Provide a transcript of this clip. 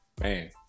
man